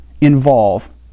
involve